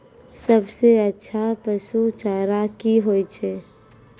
सबसे अच्छा पसु चारा की होय छै?